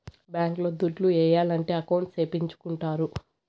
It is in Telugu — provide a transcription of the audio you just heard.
బ్యాంక్ లో దుడ్లు ఏయాలంటే అకౌంట్ సేపిచ్చుకుంటారు